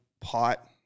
pot